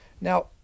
Now